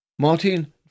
Martin